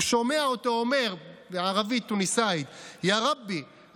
הוא שומע אותו אומר בערבית תוניסאית: יא רבי,